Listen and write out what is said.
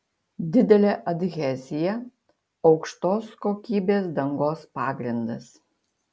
didelė adhezija aukštos kokybės dangos pagrindas